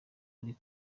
ari